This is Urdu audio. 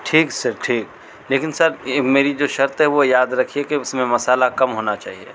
ٹھیک ہے سر ٹھیک ہے لیکن سر یہ میری جو شرط ہے وہ یاد رکھیے کہ اس میں مسالہ کم ہونا چاہیے